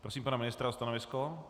Prosím pana ministra o stanovisko.